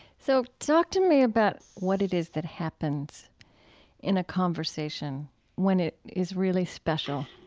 so talk to me about what it is that happens in a conversation when it is really special